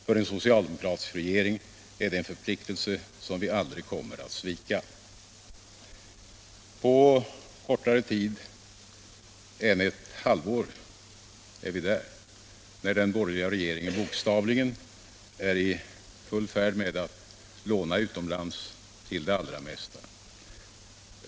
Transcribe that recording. För en socialdemokratisk regering är det en förpliktelse som vi aldrig kommer att svika.” På kortare tid än ett halvår är vi där, när den borgerliga regeringen bokstavligen är i full färd med att låna utomlands till det allra mesta.